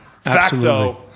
Facto